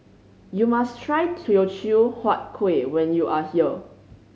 you must try Teochew Huat Kuih when you are here